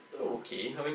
okay